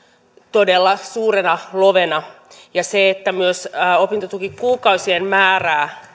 todella suurena lovena ja se että myös opintotukikuukausien määrää